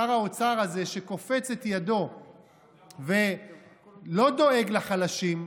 ושר האוצר הזה שקופץ את ידו ולא דואג לחלשים,